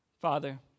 Father